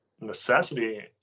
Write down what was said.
necessity